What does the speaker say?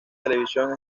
televisión